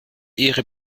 ihre